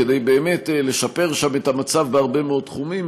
כדי באמת לשפר שם את המצב בהרבה מאוד תחומים,